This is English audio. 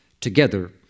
together